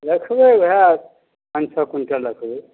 रखबै वएह पाँच छओ क्विन्टल रखबै